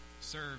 Serve